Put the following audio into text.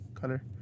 color